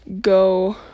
go